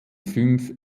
fünf